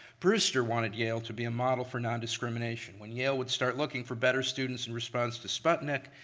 brewster wanted yale to be a model for nondiscrimination. when yale would start looking for better students in response to sputnik,